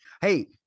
Hey